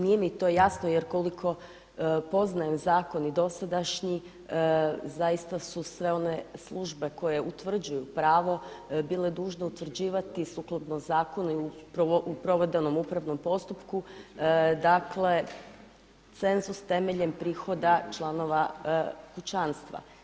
Nije mi to jasno jer koliko poznajem zakon dosadašnji zaista su sve one službe koje utvrđuju pravo bile dužne utvrđivati sukladno zakonu i u provedbenom upravnom postupku dakle cenzus temeljem prihoda članova kućanstva.